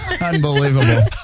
Unbelievable